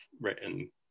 written